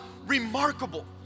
remarkable